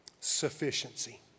sufficiency